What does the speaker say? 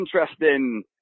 interesting